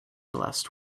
last